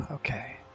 Okay